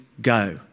go